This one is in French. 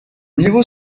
niveau